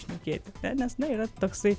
šnekėti nes nu yra toksai